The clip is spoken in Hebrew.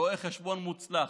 רואה חשבון מוצלח,